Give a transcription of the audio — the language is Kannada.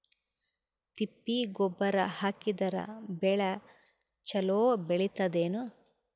ತಿಪ್ಪಿ ಗೊಬ್ಬರ ಹಾಕಿದರ ಬೆಳ ಚಲೋ ಬೆಳಿತದೇನು?